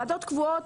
ועדות קבועות,